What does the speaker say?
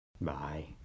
Bye